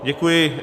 Děkuji.